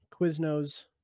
Quiznos